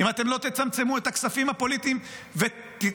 אם אתם לא תצמצמו את הכספים הפוליטיים ותחליטו